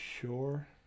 Sure